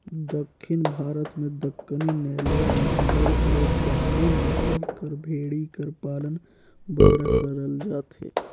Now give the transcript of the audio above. दक्खिन भारत में दक्कनी, नेल्लौर, मांडय अउ बांडुल नसल कर भेंड़ी कर पालन बगरा करल जाथे